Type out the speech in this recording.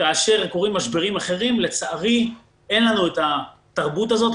כאשר קורים משברים אחרים לצערי אין לנו את התרבות הזאת,